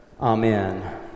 Amen